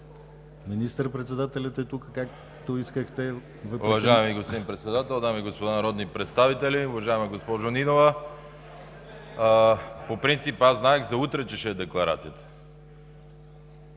Министър-председателят е тук, както искахте!